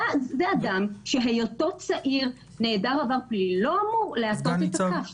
זה אדם שהיותו צעיר נעדר עבר פלילי לא אמור להטות את הכף.